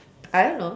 I don't know